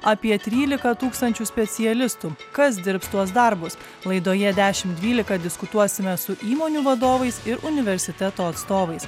apie tryliką tūkstančių specialistų kas dirbs tuos darbus laidoje dešimt dvylika diskutuosime su įmonių vadovais ir universiteto atstovais